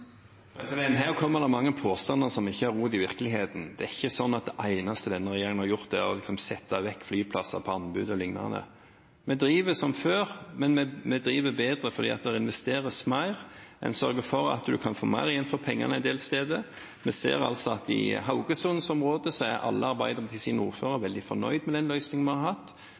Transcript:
Her kommer det mange påstander som ikke har rot i virkeligheten. Det er ikke sånn at det eneste denne regjeringen har gjort, er å sette flyplasser ut på anbud o.l. Vi driver som før, men vi driver bedre fordi det investeres mer. En sørger for at en kan få mer igjen for pengene en del steder. Vi ser at i Haugesund-området er alle Arbeiderpartiets ordførere veldig fornøyd med løsningen vi har hatt,